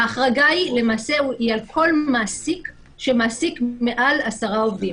ההחרגה למעשה היא על כל מעסיק שמעסיק מעל עשרה עובדים.